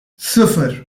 sıfır